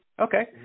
Okay